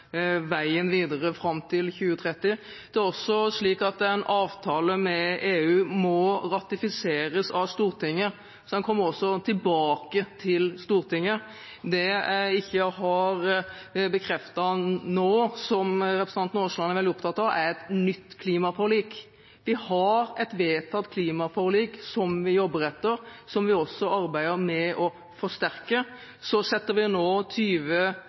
veien videre fram til 2030. Det er også slik at en avtale med EU må ratifiseres av Stortinget, så en kommer tilbake til Stortinget. Det jeg ikke har bekreftet nå, og som representanten Aasland er veldig opptatt av, er et nytt klimaforlik. Vi har et vedtatt klimaforlik som vi jobber etter, og som vi også arbeider med å forsterke. Så setter vi oss nå